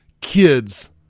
kids